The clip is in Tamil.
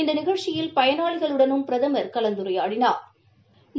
இந்த நிகழ்ச்சியில் பயனாளிகளுடனும் பிரதமா் கலந்துரையாடினாா்